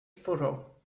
furrow